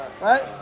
right